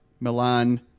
Milan